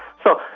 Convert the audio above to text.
so,